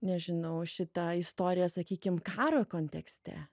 nežinau šitą istoriją sakykim karo kontekste